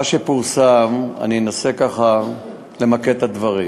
מה שפורסם, אני אנסה ככה למקד את הדברים.